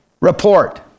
report